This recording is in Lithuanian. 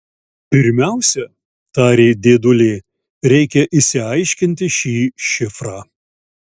pirmiausia tarė dėdulė reikia išsiaiškinti šį šifrą